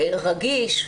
רגיש,